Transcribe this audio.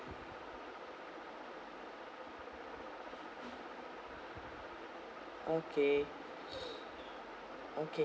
okay okay